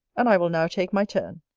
and i will now take my turn,